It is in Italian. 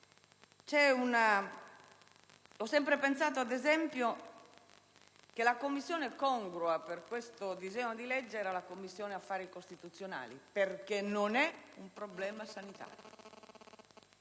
Ho sempre pensato, poi, che la Commissione congrua per discutere questo disegno di legge era la Commissione affari costituzionali, perché non è un problema sanitario;